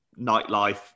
nightlife